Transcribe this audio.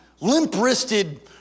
limp-wristed